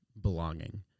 belonging